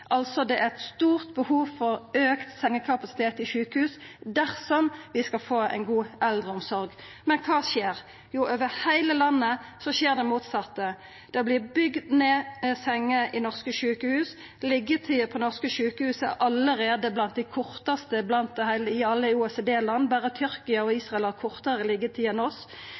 Det er altså eit stort behov for auka sengekapasitet i sjukehus dersom vi skal få ei god eldreomsorg. Men kva skjer? Jo, over heile landet skjer det motsette: Sengekapasiteten i norske sjukehus vert bygd ned. Liggjetida på norske sjukehus er allereie blant dei kortaste i OECD – berre Tyrkia og Israel har kortare liggjetid enn oss.